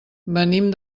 venim